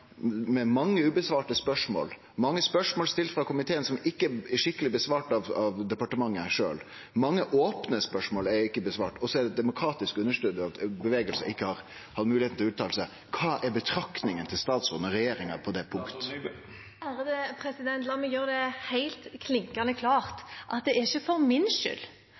spørsmål som ikkje er svart på, mange spørsmål som komiteen har stilt, som ikkje er skikkeleg svart på av departementet. Mange opne spørsmål er ikkje blitt svart på. Og så er det eit demokratisk underskot at bevegelsar ikkje har hatt moglegheit til å uttale seg. Kva er betraktninga til statsråden og regjeringa på det punktet? La meg gjøre det helt klinkende klart at det ikke er for min